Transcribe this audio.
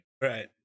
right